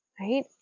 Right